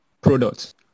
product